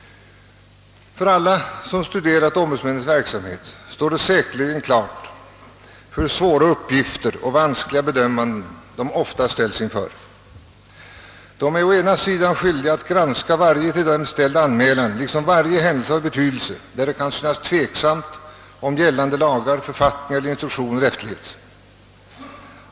För alla som studerat ombudsmännens verksamhet står säkerligen klart hur svåra uppgifter och vanskliga bedömanden de ofta ställs inför. De är &å ena sidan skyldiga att granska varje till dem ställd anmälan liksom varje händelse av betydelse där det kan synas tveksamt om gällande lagar, författningar eller instruktioner efterlevts.